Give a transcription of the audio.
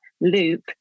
loop